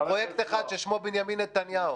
פרויקט אחד ששמו בנימין נתניהו.